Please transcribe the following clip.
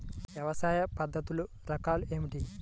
వ్యవసాయ పద్ధతులు రకాలు ఏమిటి?